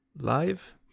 live